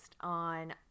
on